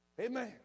Amen